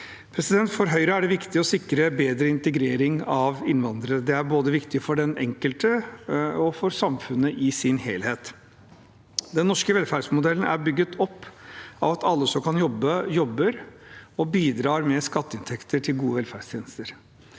standpunkt. For Høyre er det viktig å sikre bedre integrering av innvandrere. Det er viktig både for den enkelte og for samfunnet i sin helhet. Den norske velferdsmodellen er bygget opp av at alle som kan jobbe, jobber og bidrar med skatteinntekter til gode velferdstjenester.